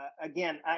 Again